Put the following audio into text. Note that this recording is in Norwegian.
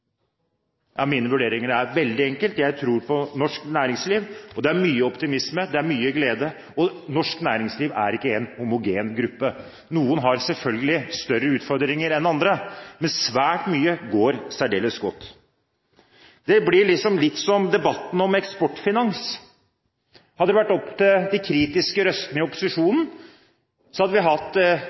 Ja, mine vurderinger gjør det veldig enkelt: Jeg tror på norsk næringsliv. Det er mye optimisme, det er mye glede, og norsk næringsliv er ikke én homogen gruppe. Noen har selvfølgelig større utfordringer enn andre, men svært mye går særdeles godt. Det blir liksom litt som debatten om Eksportfinans. Hadde det vært opp til de kritiske røstene i opposisjonen, hadde vi hatt